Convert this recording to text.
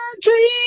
dream